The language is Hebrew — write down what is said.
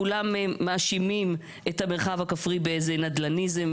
כולם מאשימים את המרחב הכפרי באיזה נדל"ניזם,